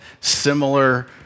similar